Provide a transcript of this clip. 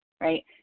right